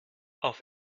auf